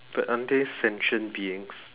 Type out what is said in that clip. but aren't they sentient beings